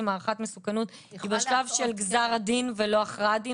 הערכת מסוכנות היא בשלב של גזר הדין ולא הכרעת דין,